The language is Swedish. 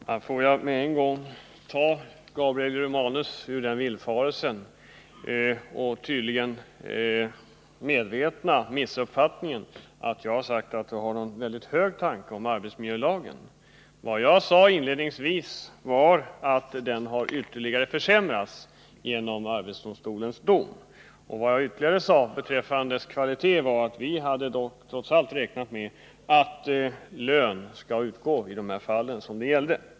Herr talman! Får jag med en gång ta Gabriel Romanus ur den villfarelsen — som tydligen är en medveten missuppfattning — att jag har en mycket hög tanke om arbetsmiljölagen. Vad jag inledningsvis sade var att lagen ytterligare har försämrats genom arbetsdomstolens dom. Och beträffande lagens kvalitet sade jag att vi trots allt hade räknat med att lön skulle utgå vid de fall av kompensationsledighet som det här gäller.